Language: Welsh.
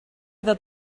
ddod